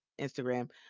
Instagram